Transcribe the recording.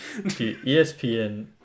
ESPN